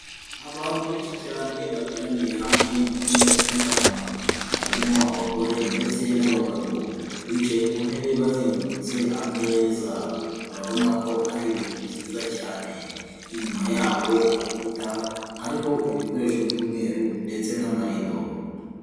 Abantu benshi cyane bateraniye hamwe mu cyumba cy'inama, harimo abagore ndetse n'abagabo, bicaye ku ntebe bazengurutse ameza, urabona ko ari ibintu byiza cyane, inyuma yabo ku gikuta hariho ibikoresho by'umweru ndetse n'amarido.